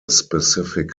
specific